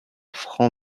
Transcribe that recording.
franc